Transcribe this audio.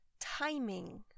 timing